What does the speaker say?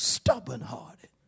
Stubborn-hearted